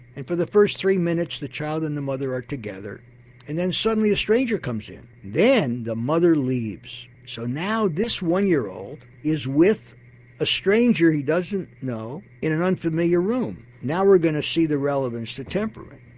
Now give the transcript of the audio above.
and for the first three minutes the child and the mother are together and then suddenly a stranger comes in. then the mother leaves, so now this one year old is with a stranger he doesn't know, in an unfamiliar room. now we're going to see the relevance to temperament.